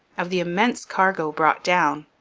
of the immense cargo brought down,